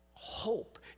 hope